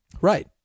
Right